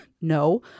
No